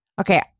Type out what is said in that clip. Okay